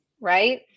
Right